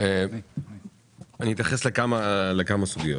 אתייחס לכמה סוגיות.